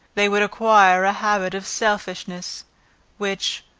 they would acquire a habit of selfishness which,